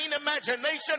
imagination